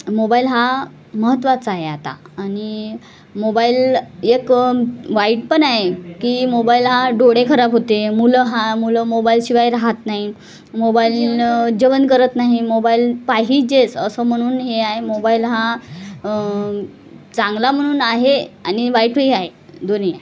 mobile हा महत्वाचा आहे आता आणि मोबाईल एक वाईट पण आहे की मोबाईल हा डोळे खराब होते मुलं हा मुलं मोबाईलशिवाय रहात नाही मोबाईल जेवण करत नाही मोबाईल पाहिजेच असं म्हणून हे आहे मोबाईल हा चांगला म्हणून आहे आणि वाईटही आहे दोन्ही आहे